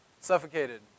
suffocated